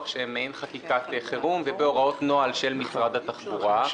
שהם מעין חקיקת חירום ובהוראות נוהל של משרד התחבורה.